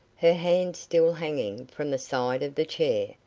her hand still hanging from the side of the chair,